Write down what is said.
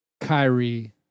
Kyrie